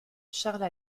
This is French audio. charles